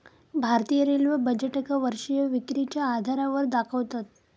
भारतीय रेल्वे बजेटका वर्षीय विक्रीच्या आधारावर दाखवतत